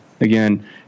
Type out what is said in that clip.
again